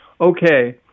Okay